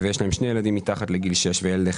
אנחנו מתחילים את דיוני הוועדה.